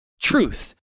truth